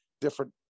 different